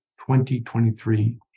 2023